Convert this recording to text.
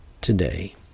today